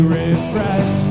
refresh